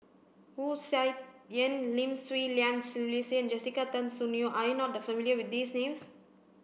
Wu Tsai Yen Lim Swee Lian Sylvia and Jessica Tan Soon Neo are you not familiar with these names